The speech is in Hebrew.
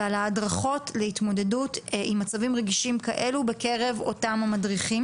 ועל ההדרכות להתמודדות עם מצבים רגישים כאלה בקרב אותם מדריכים.